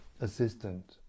assistant